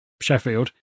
Sheffield